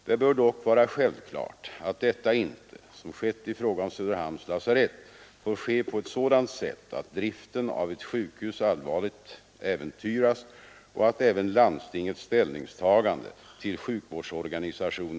Det bör dock vara självklart att detta inte — som skett i fråga om Söderhamns lasarett — får ske på ett sådant sätt att driften av ett sjukhus allvarligt äventyras och att dessutom